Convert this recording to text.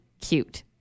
cute